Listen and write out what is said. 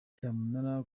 cyamunara